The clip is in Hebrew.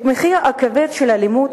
את המחיר הכבד של האלימות